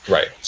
Right